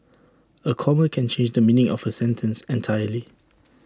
A comma can change the meaning of A sentence entirely